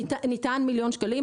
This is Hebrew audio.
--- מיליון שקלים.